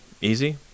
easy